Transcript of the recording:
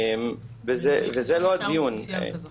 וזה לא הדיון.